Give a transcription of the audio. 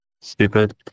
stupid